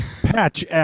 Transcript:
Patch